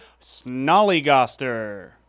snollygoster